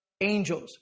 angels